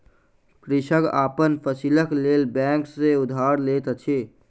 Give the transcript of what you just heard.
कृषक अपन फसीलक लेल बैंक सॅ उधार लैत अछि